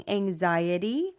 anxiety